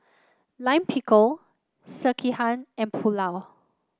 Lime Pickle Sekihan and Pulao